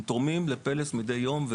הם תורמים לפלס מידי יום,